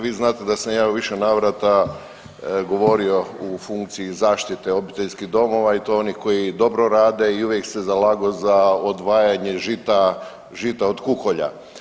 Vi znat da sam ja u više navrata govorio u funkciji zaštite obiteljskih domova i to onih koji dobro rade i uvijek se zalagao za odvajanje žita od kukolja.